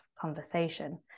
conversation